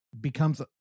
becomes